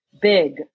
big